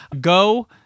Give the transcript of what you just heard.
Go